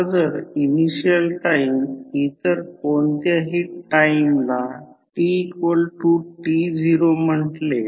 आता म्हणून लेंझ लॉनुसारlenzs law सप्लाय व्होल्टेज बदल करण्यास विरोध करते